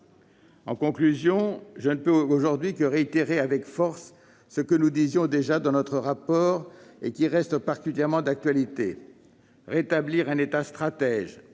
En conclusion, je ne peux que réitérer avec force ce que nous disions déjà dans notre rapport et qui reste particulièrement d'actualité : il faut rétablir un État stratège,